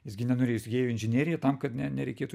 jis gi nenorėjo jis gi ėjo į inžinieriją tam kad ne nereikėtų